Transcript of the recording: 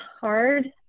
hard